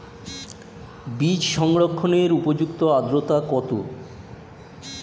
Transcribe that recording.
বীজ সংরক্ষণের উপযুক্ত আদ্রতা কত?